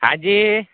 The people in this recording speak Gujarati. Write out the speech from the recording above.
હાજી